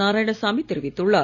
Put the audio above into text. நாராயணசாமி தெரிவித்துள்ளார்